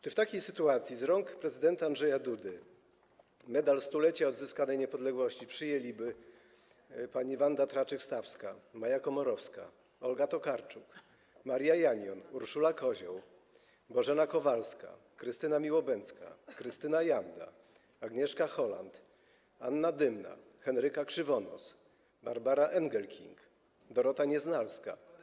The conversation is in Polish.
Czy w takiej sytuacji z rąk prezydenta Andrzeja Dudy Medal Stulecia Odzyskanej Niepodległości przyjęliby: pani Wanda Traczyk-Stawska, Maja Komorowska, Olga Tokarczuk, Maria Janion, Urszula Kozioł, Bożena Kowalska, Krystyna Miłobędzka, Krystyna Janda, Agnieszka Holland, Anna Dymna, Henryka Krzywonos, Barbara Engelking, Dorota Nieznalska.